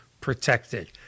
protected